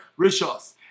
Rishos